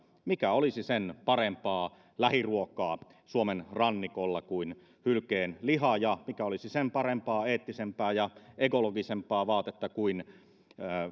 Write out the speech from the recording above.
mikä olisi sen parempaa lähiruokaa suomen rannikolla kuin hylkeen liha ja mikä olisi sen parempaa eettisempää ja ekologisempaa vaatetta kuin